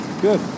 good